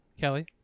Kelly